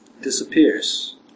disappears